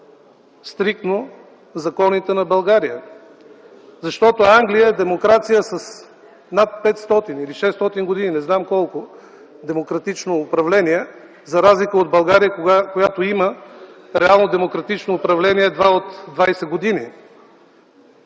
стриктно законите на България. Англия е демокрация с над 500 или 600 години – не знам колко, демократично управление, за разлика от България, която има реално демократично управление едва от 20 години.